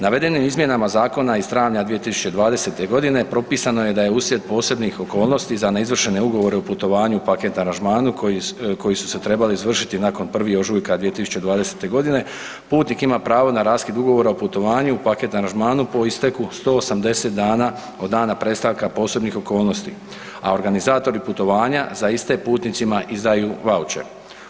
Navedenim izmjenama zakona iz travnja 2020. g. propisano je da je uslijed posebnih okolnosti za neizvršene ugovore o putovanju o paket aranžmanu koji su se trebali izvršiti nakon 1. ožujka 2020. g. putnik ima pravo na raskid ugovora o putovanju u paket aranžmanu po isteku 180 dana od dana prestanka posebnih okolnosti, a organizatori putovanja za iste, putnicima izdaju vaučere.